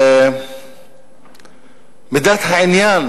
מידת העניין